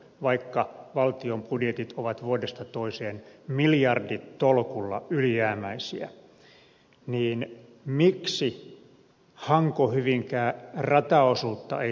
vaikka valtion budjetit ovat vuodesta toiseen miljarditolkulla ylijäämäisiä niin miksi hankohyvinkää rataosuutta ei sähköistetä